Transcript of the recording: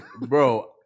bro